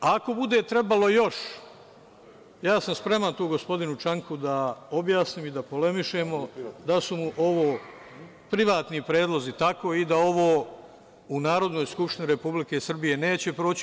Ako bude trebalo još, ja sam spreman tu gospodinu Čanku da objasnim i da polemišemo, da su mu ovo privatni predlozi tako i da ovo u Narodnoj skupštini Republike Srbije neće proći.